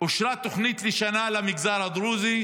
אושרה תוכנית לשנה למגזר הדרוזי,